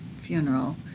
funeral